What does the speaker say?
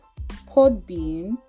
Podbean